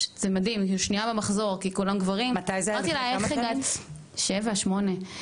זה מדהים השנייה במחזור כי כולם גברים מתוך כתשע אנשים,